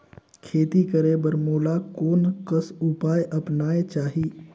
खेती करे बर मोला कोन कस उपाय अपनाये चाही?